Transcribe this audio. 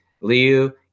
Liu